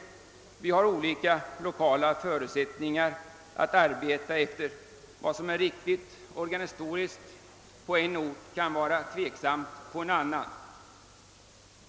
Kommunerna har, som jag sade, olika lokala förutsättningar för sitt arbete, och vad som är riktigt på en ort kan vara mindre lämpligt på en annan.